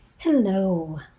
Hello